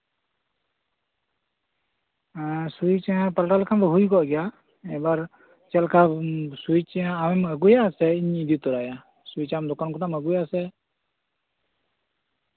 ᱮᱸ ᱥᱩᱭᱤᱪ ᱯᱟᱞᱴᱟᱣ ᱞᱮᱠᱷᱟᱱ ᱫᱚ ᱦᱩᱭ ᱠᱚᱜ ᱜᱮᱭᱟ ᱪᱮᱫ ᱞᱮᱠᱟ ᱥᱩᱭᱤᱪ ᱟᱢᱮᱢ ᱟᱹᱜᱩᱭᱟ ᱥᱮ ᱤᱧᱤᱧ ᱤᱫᱤ ᱛᱚᱨᱟᱭᱟ ᱥᱩᱭᱤᱪ ᱟᱢ ᱫᱚᱠᱟᱱ ᱠᱷᱚᱱᱟᱜ ᱮᱢ ᱟᱹᱜᱩᱭᱟ ᱥᱮ